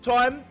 Time